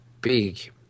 big